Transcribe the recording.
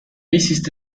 hiciste